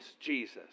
Jesus